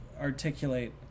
articulate